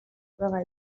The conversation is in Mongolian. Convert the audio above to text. буйгаа